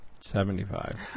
Seventy-five